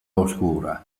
oscura